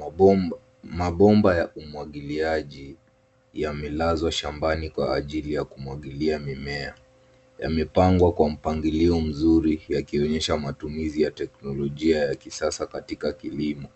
Mabomba, mabomba ya umwagiliaji yamelazwa shambani kwa ajili ya kumwagilia mimea. Yamepangwa kwa mpangilio mzuri, yakionyesha matumizi ya teknolojia ya kisasa katika kilimo.